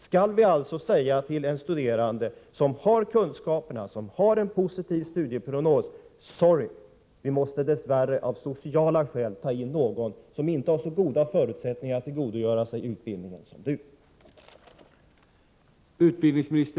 Skall vi säga till en studerande som har kunskaperna, som har en positiv studieprognos: Sorry, vi måste dess värre av sociala skäl ta in någon som inte har så goda förutsättningar att tillgodogöra sig utbildningen som du har?